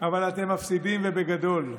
אבל אתם מפסידים ובגדול,